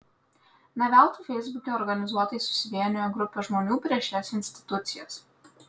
ne veltui feisbuke organizuotai susivienijo grupė žmonių prieš šias institucijas